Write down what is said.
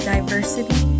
Diversity